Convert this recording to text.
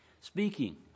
Speaking